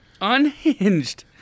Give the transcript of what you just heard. Unhinged